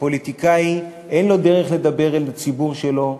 הפוליטיקאי, אין לו דרך לדבר אל הציבור שלו,